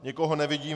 Nikoho nevidím.